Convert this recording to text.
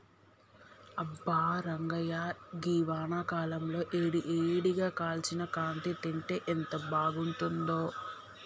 అబ్బా రంగాయ్య గీ వానాకాలంలో ఏడి ఏడిగా కాల్చిన కాంకి తింటే ఎంత బాగుంతుందో